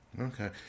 Okay